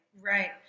Right